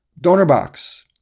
DonorBox